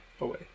away